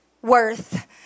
worth